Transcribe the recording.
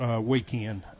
weekend